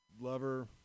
lover